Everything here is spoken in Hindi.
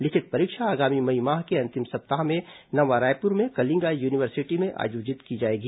लिखित परीक्षा आगामी मई माह के अंतिम सप्ताह में नवा रायपुर में कलिंगा यूनिवर्सिटी में आयोजित होगी